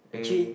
actually